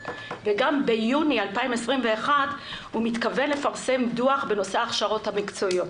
וביוני 2021 הוא מתכוון לפרסם דו"ח בנושא הכשרות מקצועיות.